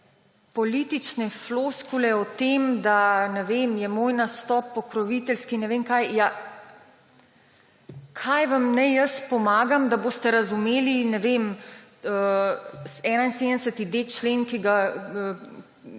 politične floskule o tem, da, ne vem, je moj nastop pokroviteljski, ne vem, kaj. Kako naj vam jaz pomagam, da boste razumeli, ne vem, 71.d člen Zakona